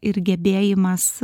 ir gebėjimas